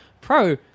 Pro